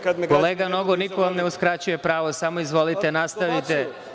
Kolega Nogo, niko vam ne uskraćuje pravo, samo izvolite, nastavite.